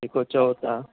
जेको चयो तव्हां